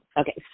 Okay